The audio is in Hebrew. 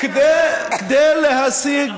אבל הוא צודק, מה זה, כדי להשיג,